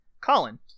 Colin